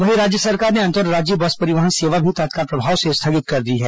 वहीं राज्य सरकार ने अंतर्राज्यीय बस परिवहन सेवा भी तत्काल प्रभाव से स्थगित कर दी है